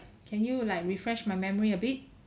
can you like refresh my memory a bit